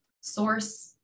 source